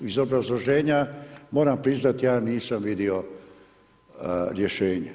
Iz obrazloženja moram priznati, ja nisam vidio rješenje.